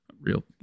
real